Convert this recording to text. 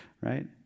Right